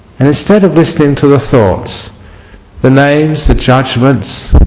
and instead of listening to the thoughts the names, the judgments,